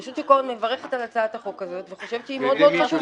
רשות שוק ההון מברכת על הצעת החוק הזו וחושבת שהיא מאוד מאוד חשובה.